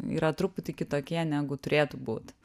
yra truputį kitokie negu turėtų būt